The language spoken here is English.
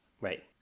Right